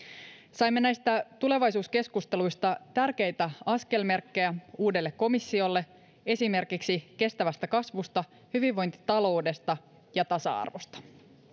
saimme näistä tulevaisuuskeskusteluista tärkeitä askelmerkkejä uudelle komissiolle esimerkiksi kestävästä kasvusta hyvinvointitaloudesta ja tasa arvosta